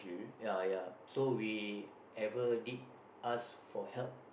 ya ya so we ever did ask for help